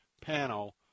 panel